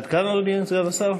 עד כאן, אדוני סגן השר?